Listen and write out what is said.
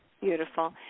Beautiful